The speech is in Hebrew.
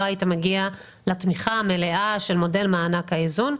לא היית מגיע לתמיכה המלאה של מודל מענק האיזון.